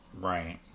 Right